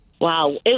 Wow